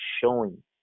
showing